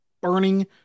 burning